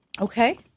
Okay